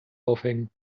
aufhängen